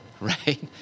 right